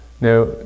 Now